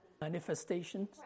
manifestations